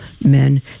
men